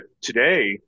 today